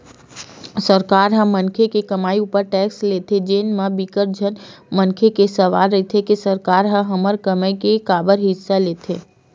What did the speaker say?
सरकार ह मनखे के कमई उपर टेक्स लेथे जेन म बिकट झन मनखे के सवाल रहिथे के सरकार ह हमर कमई के काबर हिस्सा लेथे